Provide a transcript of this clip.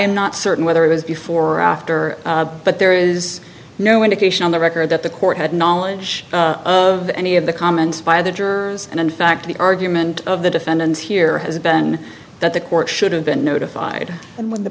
am not certain whether it was before or after but there is no indication on the record that the court had knowledge of any of the comments by the jurors and in fact the argument of the defendants here has been that the court should have been notified and when the